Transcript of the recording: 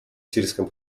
сельском